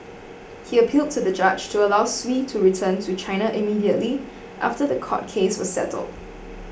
he appealed to the judge to allow Sui to return to China immediately after the court case was settled